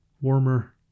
warmer